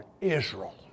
Israel